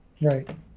Right